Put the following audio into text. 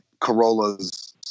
Corollas